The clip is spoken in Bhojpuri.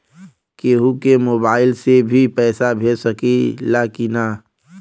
केहू के मोवाईल से भी पैसा भेज सकीला की ना?